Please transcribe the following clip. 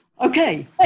Okay